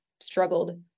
struggled